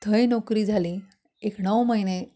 थंय नोकरी जाली एक णव म्हयने